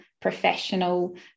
professional